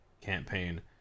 campaign